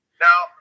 Now